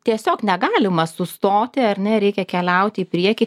tiesiog negalima sustoti ar ne reikia keliauti į priekį